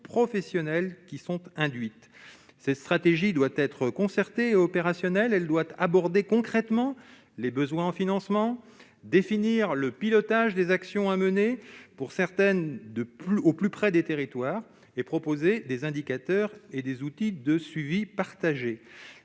professionnelles qui sont induites cette stratégie doit être concertée opérationnel, elle doit aborder concrètement les besoins en financement définir le pilotage des actions à mener pour certaines de plus au plus près des territoires et proposer des indicateurs et des outils de suivi partagé